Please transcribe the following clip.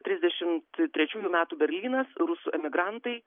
trisdešimt trečiųjų metų berlynas rusų emigrantai